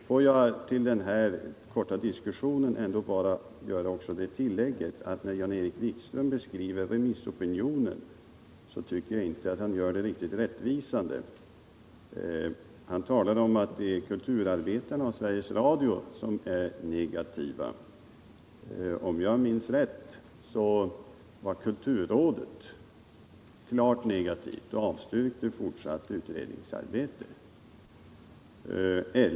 Får jag sedan till denna korta diskussion bara göra det tillägget, att när Jan Erik Wikström beskrev remissopinionen tyckte jag inte att han gjorde det riktigt rättvisande. Han talade om att det är kulturarbetarna och Sveriges Radio som är negativa. Men även kulturrådet var klart negativt och avstyrkte fortsatt utredningsarbete.